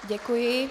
Děkuji.